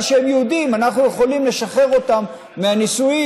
שהם יהודים אנחנו יכולים לשחרר אותם מהנישואים,